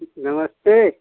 नमस्ते